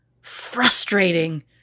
frustrating